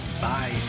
Bye